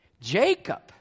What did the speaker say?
Jacob